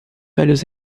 velhos